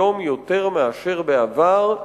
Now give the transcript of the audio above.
היום יותר מאשר בעבר,